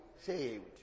saved